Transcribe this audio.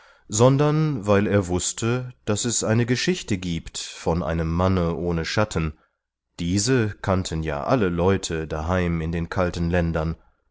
sondern weil er wußte daß es eine geschichte giebt von einem manne ohne schatten diese kannten ja alle leute daheim in den kalten ländern